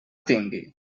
tingui